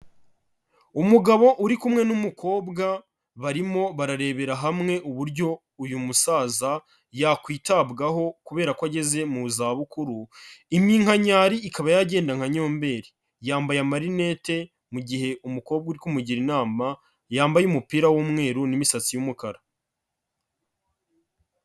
Umugabo uri kumwe n'umukobwa, barimo bararebera hamwe uburyo uyu musaza yakwitabwaho kubera ko ageze mu zabukuru, iminkanyari ikaba yagenda nka nyomberi, yambaye amarinete, mu gihe umukobwa uri kumugira inama yambaye umupira w'umweru n'imisatsi y'umukara.